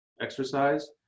Exercise